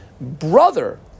brother